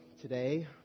today